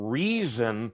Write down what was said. reason